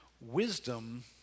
Wisdom